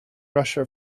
russia